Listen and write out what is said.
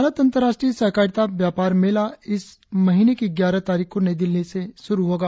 भारत अंतर्राष्ट्रीय सहकारिता व्यापार मेला इस महीने की ग्यारह तारीख को नई दिल्ली में शुरु होगा